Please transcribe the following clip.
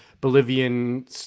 Bolivian